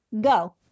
go